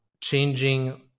changing